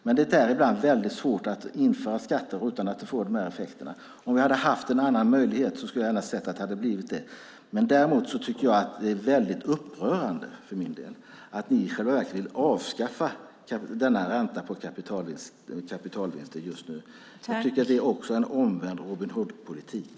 Men det är ibland väldigt svårt att införa skatter utan att det får de här effekterna. Om vi hade haft en annan möjlighet skulle jag gärna ha sett att det blivit det. Däremot tycker jag för min del att det är väldigt upprörande att ni i själva verket just nu vill avskaffa denna ränta på kapitalvinster. Det är en omvänd Robin Hood-politik.